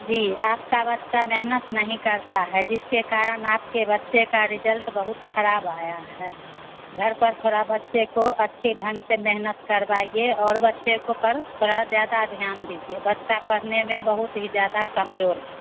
जी आपका बच्चा मेहनत नहीं करता है जिसके कारण आपके बच्चे का रिजल्ट बहुत खराब आया है घर पर थोड़ा बच्चे को अच्छे ढंग से मेहनत करवाइए और बच्चे को पर थोड़ा ज्यादा ध्यान दीजिए बच्चा पढ़ने में बहुत ही ज्यादा कमजोर है